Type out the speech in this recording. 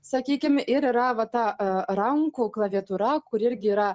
sakykim ir yra va ta rankų klaviatūra kur irgi yra